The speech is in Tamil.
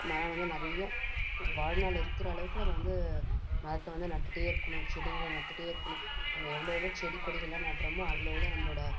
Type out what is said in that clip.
மரம் வந்து நிறைய வாழ்நாளில் இருக்கிற அளவுக்கு நம்ம வந்து மரத்தை வந்து நட்டுகிட்டே இருக்கணும் செடிங்களை நட்டுகிட்டே இருக்கணும் நம்ம எவ்வளோ எவ்வளோ செடி கொடிகளெலாம் நடுறோமோ அவ்வளோ அவ்வளோ நம்மளோட